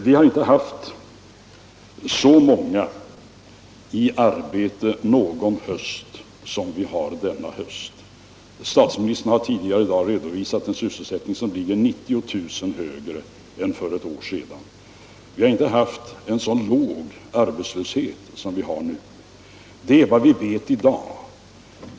Vi har inte haft så många i arbete någon höst som vi har denna höst. — Allmänpolitisk Statsministern har tidigare i dag redovisat en sysselsättning som visar debatt 90 000 fler sysselsatta än för ett år sedan. Vi har aldrig haft en så låg arbetslöshet som vi har nu. Om åtgärder för att Det är vad vi vet i dag.